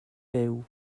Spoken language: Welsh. byw